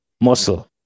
muscle